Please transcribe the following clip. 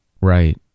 right